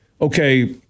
okay